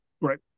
Right